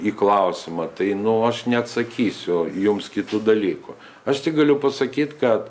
į klausimą tai nu aš neatsakysiu jums kitų dalykų aš tik galiu pasakyt kad